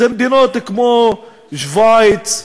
אלה מדינות כמו שווייץ,